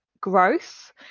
growth